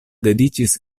dediĉis